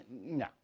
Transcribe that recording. no